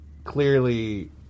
clearly